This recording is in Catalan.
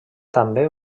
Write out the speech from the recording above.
també